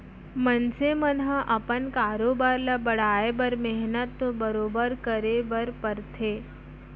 मनसे मन ह अपन कारोबार ल बढ़ाए बर मेहनत तो बरोबर करे बर परथे